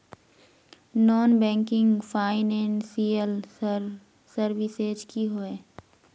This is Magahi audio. नॉन बैंकिंग फाइनेंशियल सर्विसेज की होय?